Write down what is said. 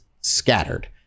scattered